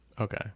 okay